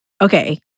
okay